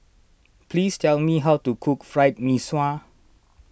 please tell me how to cook Fried Mee Sua